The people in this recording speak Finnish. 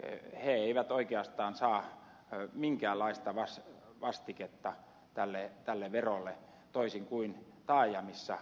he eivät oikeastaan saa minkäänlaista vastiketta tälle verolle toisin kuin taajamissa asuvat